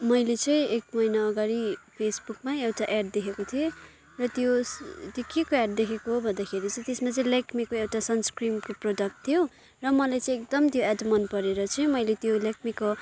मैले चाहिँ एक महिना अगाडि फेसबुकमा एउटा एड देखेको थिएँ र त्यो त्यो के को एड देखेको भन्दाखेरि चाहिँ त्यसमा चाहिँ लेक्मीको एउटा सनस्क्रिनको प्रडक्ट थियो र मलाई चाहिँ एकदम त्यो एड मन परेर चाहिँ मैले त्यो लेक्मीको